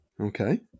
okay